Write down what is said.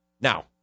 Now